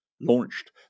launched